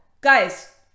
guys